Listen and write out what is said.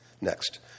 Next